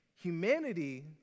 Humanity